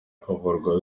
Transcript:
kuvurwa